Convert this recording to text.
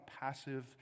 passive